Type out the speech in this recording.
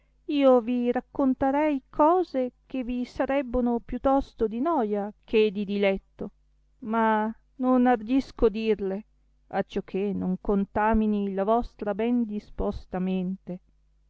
io vi raccontarci cose che vi sarebbono più tosto di noia che di diletto ma non ardisco dirle acciò che non contamini la vostra ben disposta mente